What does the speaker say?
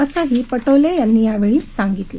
असंही पटोले यांनी यावेळी सांगितलं